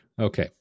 Okay